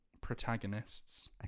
protagonists